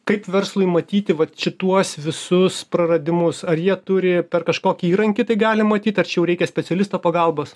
kaip verslui matyti vat šituos visus praradimus ar jie turi per kažkokį įrankį tai gali matyt ar čia jau reikia specialisto pagalbos